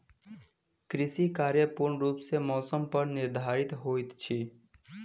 कृषि कार्य पूर्ण रूप सँ मौसम पर निर्धारित होइत अछि